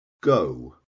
go